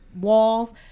walls